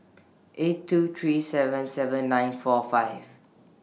eight two three seven seven nine four five